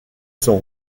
son